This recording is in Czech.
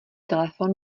telefon